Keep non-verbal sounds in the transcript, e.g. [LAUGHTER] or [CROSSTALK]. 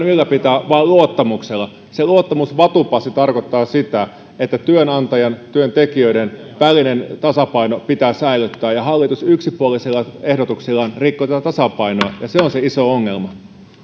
[UNINTELLIGIBLE] ylläpitää vain luottamuksella se luottamusvatupassi tarkoittaa sitä että työnantajan ja työntekijöiden välinen tasapaino pitää säilyttää ja hallitus yksipuolisilla ehdotuksillaan rikkoo tätä tasapainoa ja se on se iso ongelma